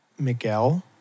miguel